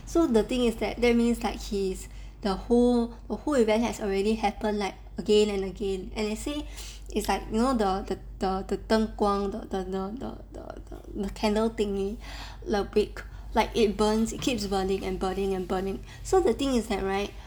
so the thing is that that means like he's the whole the whole event has already happened like again and again and they say it's like you know the the the the the 灯光 the the the the the candle thingy ludwig like it burns it keeps burning and burning and burning so the thing is that right